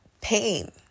pain